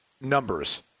numbers